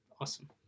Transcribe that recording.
Awesome